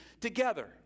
together